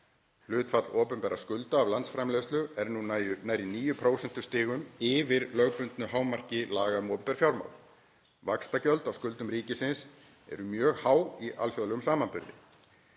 Hlutfall opinberra skulda af landsframleiðslu er nú nærri níu prósentustigum yfir lögbundnu hámarki laga um opinber fjármál. Vaxtagjöld á skuldum ríkisins eru há í alþjóðlegum samanburði.